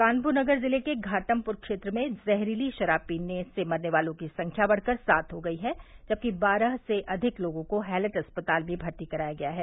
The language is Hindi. कानपुर नगर जिले के घाटमपुर क्षेत्र में जहरीली शराब पीने से मरने वालों की संख्या बढ़कर सात हो गयी है जबकि बारह से अधिक लोगों को हैलेट अस्पताल में भर्ती कराया गया है